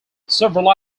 several